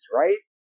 right